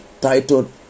titled